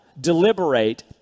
deliberate